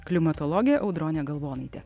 klimatologė audronė galvonaitė